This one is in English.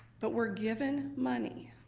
but we're given money